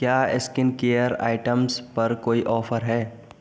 क्या skin care items पर कोई ऑफर है